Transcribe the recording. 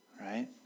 right